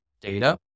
data